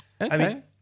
Okay